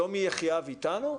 שלומי יחיאב אתנו?